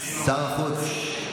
שר החוץ.